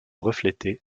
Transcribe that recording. refléter